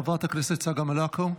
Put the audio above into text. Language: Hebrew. חברת הכנסת צגה מלקו,